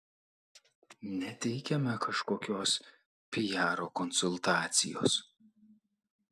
neteikiame kažkokios piaro konsultacijos